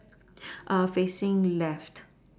facing left